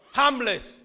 harmless